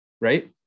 right